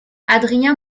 adrien